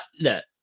Look